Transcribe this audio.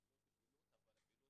להראות פעילות, אבל הפעילות